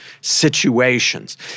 situations